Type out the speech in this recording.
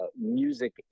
Music